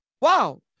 Wow